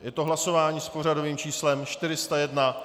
Je to hlasování s pořadovým číslem 401.